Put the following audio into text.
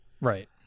Right